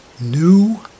new